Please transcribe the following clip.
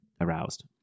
aroused